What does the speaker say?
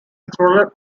exploded